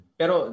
pero